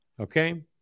Okay